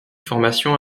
formation